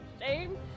shame